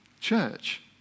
Church